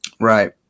Right